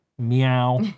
Meow